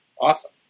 Awesome